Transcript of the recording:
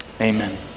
Amen